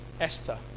Esther